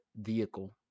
vehicle